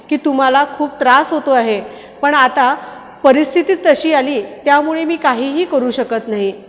की तुम्हाला खूप त्रास होतो आहे पण आता परिस्थितीच तशी आली त्यामुळे मी काहीही करू शकत नाही